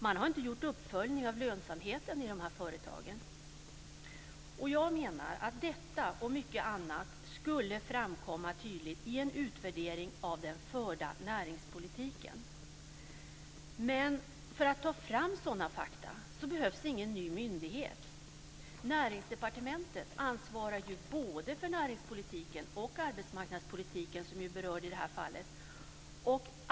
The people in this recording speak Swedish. Man har inte gjort uppföljningar av lönsamheten i de här företagen. Jag menar att detta och mycket annat skulle framkomma tydligt i en utvärdering av den förda näringspolitiken. För att ta fram sådana fakta behövs ingen ny myndighet. Näringsdepartementet ansvarar både för näringspolitiken och arbetsmarknadspolitiken, som är berörd i det här fallet.